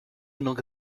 nunca